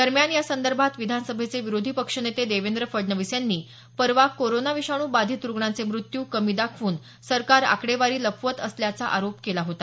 दरम्यान यासंदर्भात विधानसभेचे विरोधी पक्षनेते देवेंद्र फडणवीस यांनी परवा कोरोना विषाणू बाधित रुग्णांचे मृत्यू कमी दाखवून सरकार आकडेवारी लपवीत असल्याचा आरोप केला होता